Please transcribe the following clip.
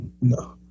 No